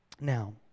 Now